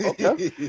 Okay